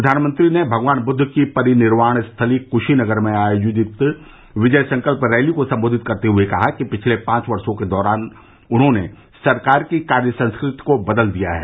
प्रधानमंत्री ने भगवान बुद्द की परिनिर्वाण स्थली कुशीनगर में आयोजित विजय संकल्प रैली को सम्बोधित करते हुए कहा कि पिछले पांच वर्षो के दौरान उन्होंने सरकार की कार्य संस्कृति को बदल दिया है